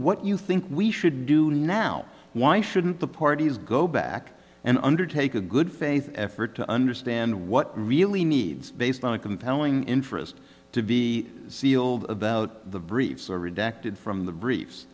what you think we should do now why shouldn't the parties go back and undertake a good faith effort to understand what really needs based on a compelling interest to be sealed about the briefs are redacted from the br